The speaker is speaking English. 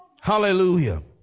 Hallelujah